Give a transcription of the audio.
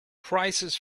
prices